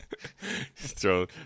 throw